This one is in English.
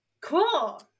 Cool